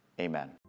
Amen